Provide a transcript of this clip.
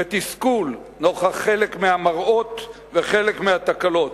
ותסכול נוכח חלק מהמראות וחלק מהתקלות.